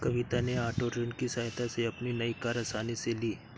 कविता ने ओटो ऋण की सहायता से अपनी नई कार आसानी से ली